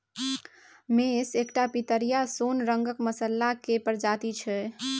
मेस एकटा पितरिया सोन रंगक मसल्ला केर प्रजाति छै